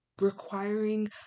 requiring